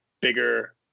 bigger